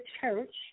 church